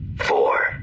Four